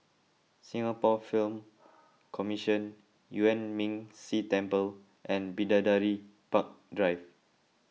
Singapore Film Commission Yuan Ming Si Temple and Bidadari Park Drive